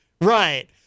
Right